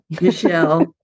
Michelle